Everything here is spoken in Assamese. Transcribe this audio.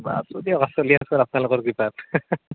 আছোঁ দিয়ক চলি আছে আপোনালোকৰ কৃপাত